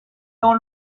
dans